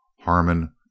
Harmon